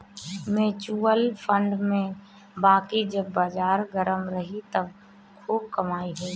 mutual fund में बाकी जब बाजार गरम रही त खूब कमाई होई